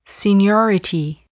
Seniority